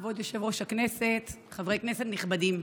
כבוד יושב-ראש הכנסת, חברי כנסת נכבדים,